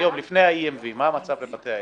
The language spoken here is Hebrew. היום, לפני ה-EMV, מה המצב בבתי העסק?